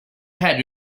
had